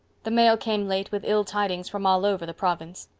the mail came late with ill tidings from all over the province.